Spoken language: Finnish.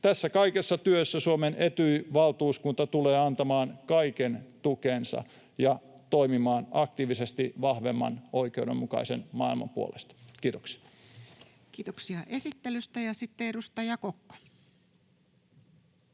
Tässä kaikessa työssä Suomen Etyj-valtuuskunta tulee antamaan kaiken tukensa ja toimimaan aktiivisesti vahvemman, oikeudenmukaisen maailman puolesta. — Kiitoksia. [Speech 112] Speaker: Toinen